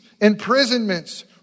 imprisonments